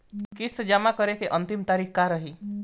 किस्त जमा करे के अंतिम तारीख का रही?